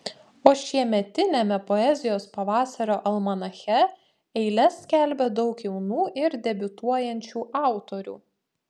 o šiemetiniame poezijos pavasario almanache eiles skelbia daug jaunų ir debiutuojančių autorių